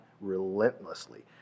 relentlessly